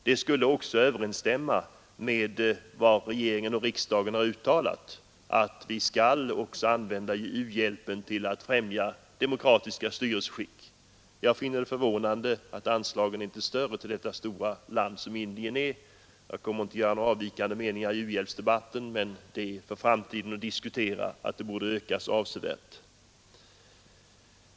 Det skulle också överensstämma med vad regeringen och riksdagen har uttalat, nämligen att vi också skall använda u-hjälpen till att främja demokratiska styrelseskick. Jag finner det förvånande att anslagen inte är större till detta stora land som Indien är. Jag kommer inte att anmäla någon avvikande mening i u-hjälpsdebatten, men det är någonting att diskutera för framtiden att denna hjälp borde ökas avsevärt.